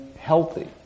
healthy